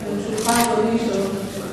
לרשותך, אדוני, שלוש דקות.